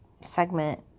segment